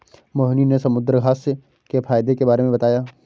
मोहिनी ने समुद्रघास्य के फ़ायदे के बारे में बताया